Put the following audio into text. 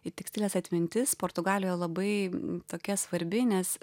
ir tekstilės atmintis portugalijoj labai tokia svarbi nes